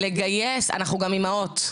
אנחנו גם אימהות,